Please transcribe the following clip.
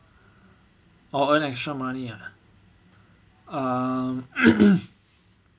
orh earn extra money ah um